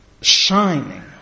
shining